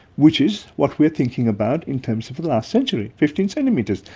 which is what we are thinking about in terms of the last century, fifteen centimetres.